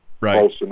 Right